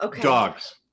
dogs